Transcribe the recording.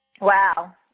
Wow